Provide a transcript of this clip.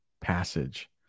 passage